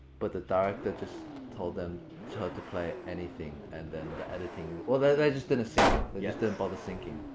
but the director just told them her, to play anything, and then the editing or they just didn't sync it, they just didn't bother syncing